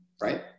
right